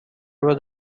were